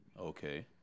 Okay